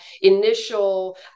initial